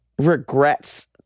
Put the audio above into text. regrets